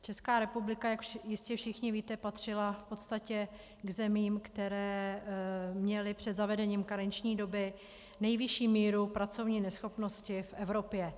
Česká republika, jak jistě všichni víte, patřila v podstatě k zemím, které měly před zavedením karenční doby nejvyšší míru pracovní neschopnosti v Evropě.